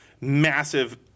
massive